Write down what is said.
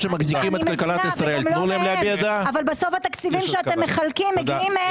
אבל בסוף התקציבים שאתם מחלקים מגיעים מהם,